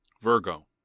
Virgo